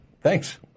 Thanks